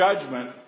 judgment